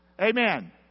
Amen